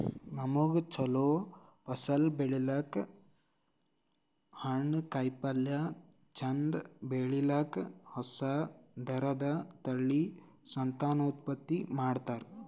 ನಮ್ಗ್ ಛಲೋ ಫಸಲ್ ಬರ್ಲಕ್ಕ್, ಹಣ್ಣ್, ಕಾಯಿಪಲ್ಯ ಚಂದ್ ಬೆಳಿಲಿಕ್ಕ್ ಹೊಸ ಥರದ್ ತಳಿ ಸಂತಾನೋತ್ಪತ್ತಿ ಮಾಡ್ತರ್